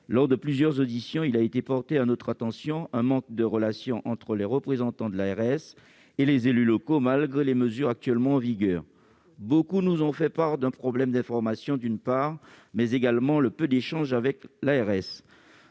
Lors de plusieurs auditions, il a été porté à notre attention un manque de relation entre les représentants de l'ARS et les élus locaux, malgré les mesures actuellement en vigueur. Nombreux sont ceux qui nous ont fait part d'un problème d'information, d'une part, et du peu d'échanges avec l'ARS,